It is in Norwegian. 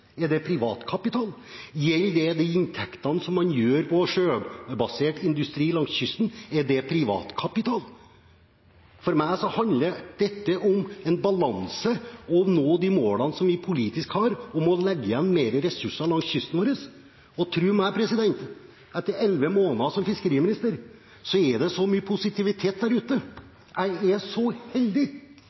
Er det privatkapital? Gjelder det de inntektene man har i sjøbasert industri langs kysten? Er det privatkapital? For meg handler dette om en balanse, og om å nå de målene som vi politisk har om å legge igjen mer ressurser langs kysten vår. Tro meg – i løpet av elleve måneder som fiskeriminister har jeg sett så mye positivitet der ute. Jeg er så heldig